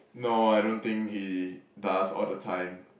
no I don't think he does all the time